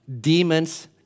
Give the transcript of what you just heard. demons